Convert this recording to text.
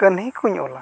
ᱠᱟᱹᱦᱱᱤ ᱠᱚᱧ ᱚᱞᱟ